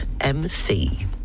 .mc